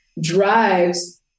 drives